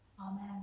Amen